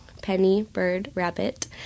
PennyBirdRabbit